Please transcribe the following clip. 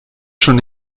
schon